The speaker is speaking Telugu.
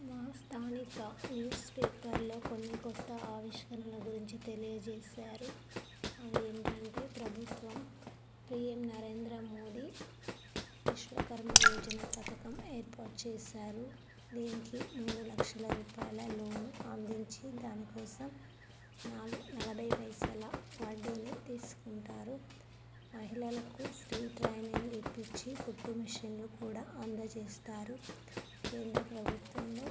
మా స్థానిక న్యూస్ పేపర్లో కొన్ని కొత్త ఆవిష్కరణల గురించి తెలియచేసారు అది ఏమిటంటే ప్రభుత్వం పీఎం నరేంద్ర మోదీ విశ్వకర్మ యోజన పథకం ఏర్పాటు చేసారు దీనికి మూడు లక్షల రూపాయల లోను అందించి దానికోసం నాలుగు నలభై పైసల వడ్డీని తీసుకుంటారు మహిళలకు ఫ్రీ ట్రైనింగ్ ఇప్పిచ్చి కుట్టు మిషన్లు కూడా అందచేస్తారు కేంద్ర ప్రభుత్వంలో